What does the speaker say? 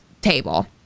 table